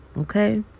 Okay